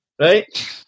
right